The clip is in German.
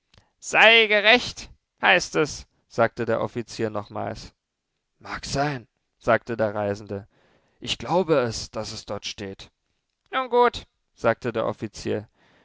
sei gerecht heißt es sagte der offizier nochmals mag sein sagte der reisende ich glaube es daß es dort steht nun gut sagte der offizier